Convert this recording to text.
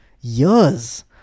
years